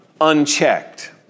unchecked